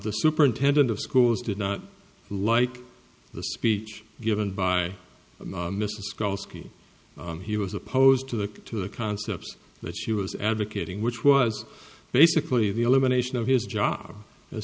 the superintendent of schools did not like the speech given by mr skull ski he was opposed to the to the concepts but he was advocating which was basically the elimination of his job as